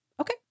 Okay